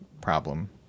problem